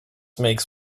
makes